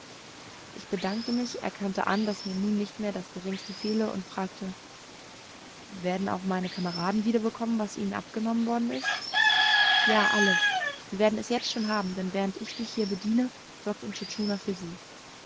ich bedankte mich erkannte an daß mir nun nicht mehr das geringste fehle und fragte werden auch meine kameraden wieder bekommen was ihnen abgenommen worden ist ja alles sie werden es jetzt schon haben denn während ich dich hier bediene sorgt intschu tschuna für sie